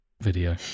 video